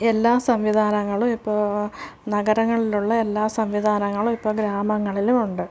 എല്ലാ സംവിധാനങ്ങളും ഇപ്പോൾ നഗരങ്ങളിലുള്ള എല്ലാ സംവിധാനങ്ങളും ഇപ്പോൾ ഗ്രാമങ്ങളിലും ഉണ്ട്